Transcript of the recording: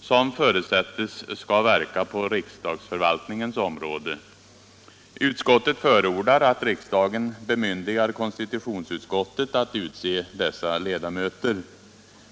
som förutsätts skall verka på riksdagsförvaltningens område. Utskottet förordar att riksdagen bemyndigar konstitutionsutskottet att utse dessa ledamöter.